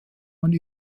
man